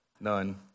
None